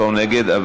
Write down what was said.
34 מתנגדים.